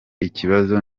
ikibazo